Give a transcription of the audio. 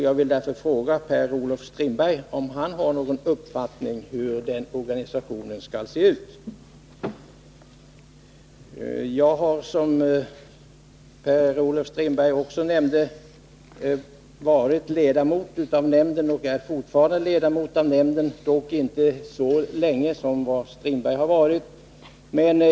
Jag vill därför fråga Per-Olof Strindberg om han har någon uppfattning om hur den organisationen skall se ut. Jag är, som Per-Olof Strindberg också nämnde, ledamot av nämnden — jag har dock inte varit det så länge som Per-Olof Strindberg.